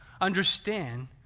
understand